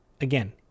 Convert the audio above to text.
again